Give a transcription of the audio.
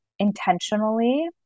intentionally